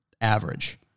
average